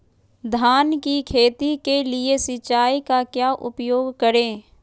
धान की खेती के लिए सिंचाई का क्या उपयोग करें?